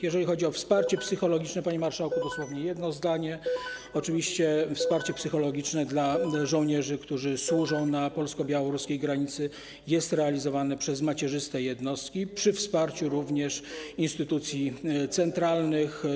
Jeżeli chodzi o wsparcie psychologiczne - panie marszałku, dosłownie jedno zdanie - oczywiście wsparcie psychologiczne dla żołnierzy, którzy służą na polsko-białoruskiej granicy, jest realizowane przez macierzyste jednostki przy wsparciu instytucji centralnych.